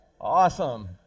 awesome